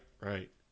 right